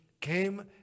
came